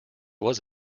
was